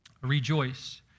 Rejoice